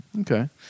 Okay